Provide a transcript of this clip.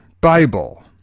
Bible